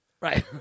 Right